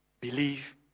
believe